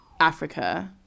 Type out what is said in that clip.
Africa